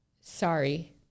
sorry